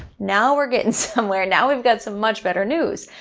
now we're getting somewhere. now we've got some much better news.